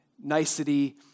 nicety